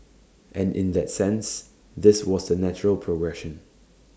and in that sense this was the natural progression